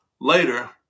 Later